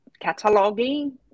cataloging